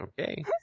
okay